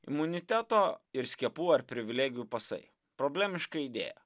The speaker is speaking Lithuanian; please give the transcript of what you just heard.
imuniteto ir skiepų ar privilegijų pasai problemiška idėja